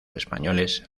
españoles